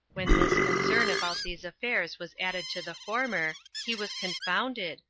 when this concern about these affairs was added to the former, he was confounded,